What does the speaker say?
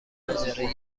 اجاره